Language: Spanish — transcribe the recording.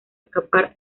escapar